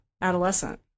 adolescent